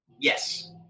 yes